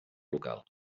local